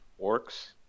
orcs